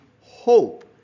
hope